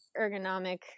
ergonomic